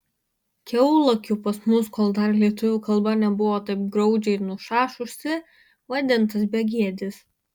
kiaulakiu pas mus kol dar lietuvių kalba nebuvo taip graudžiai nušašusi vadintas begėdis